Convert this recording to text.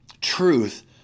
truth